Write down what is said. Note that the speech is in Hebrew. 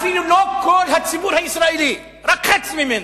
אפילו לא כל הציבור הישראלי, רק חצי ממנו.